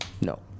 no